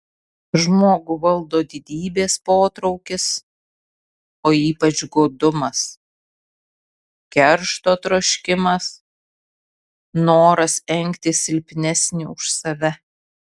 žmogų valdo didybės potraukis o ypač godumas keršto troškimas noras engti silpnesnį už save